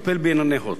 טיפל בענייני "הוט".